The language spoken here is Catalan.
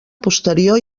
posterior